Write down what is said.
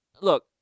look